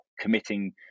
committing